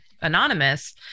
anonymous